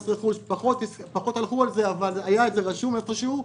מס רכוש פחות הלכו על זה אבל זה היה רשום איפשהו.